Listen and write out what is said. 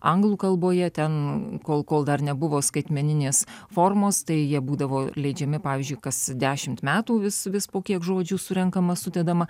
anglų kalboje ten kol kol dar nebuvo skaitmeninės formos tai jie būdavo leidžiami pavyzdžiui kas dešimt metų vis vis po kiek žodžių surenkama sudedama